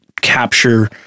capture